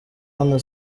hano